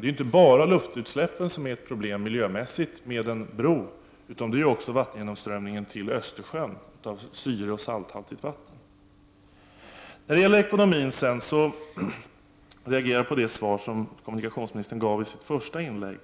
Det är inte bara luftutsläppen som är ett problem miljömässigt med en bro, utan det är också vattengenomströmningen till Östersjön, dvs. av syreoch salthaltigt vatten. När det gäller ekonomin reagerar jag på det svar som kommunikationsministern gav i sitt första inlägg.